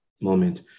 moment